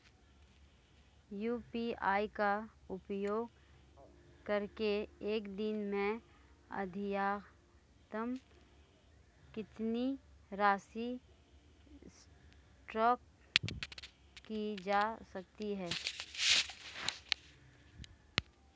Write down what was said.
UPI का उपयोग करके एक दिन में अधिकतम कितनी राशि ट्रांसफर की जा सकती है?